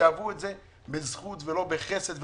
שיעברו את זה בזכות ולא בחסד,